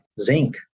Zinc